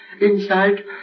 inside